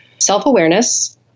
self-awareness